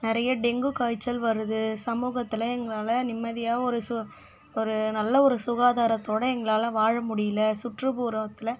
நிறையா டெங்கு காய்ச்சல் வருது சமூகத்தில் எங்களால் நிம்மதியாக ஒரு சொ ஒரு நல்ல ஒரு சுகாதாரத்தோட எங்களால் வாழமுடியல சுற்றுப்புறத்தில்